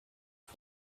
uhr